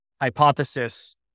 hypothesis